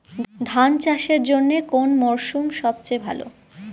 ধান চাষের জন্যে কোন মরশুম সবচেয়ে ভালো?